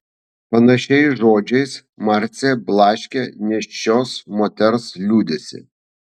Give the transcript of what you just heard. panašiais žodžiais marcė blaškė nėščios moters liūdesį